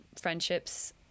friendships